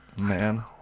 man